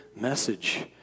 message